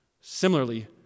Similarly